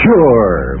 Sure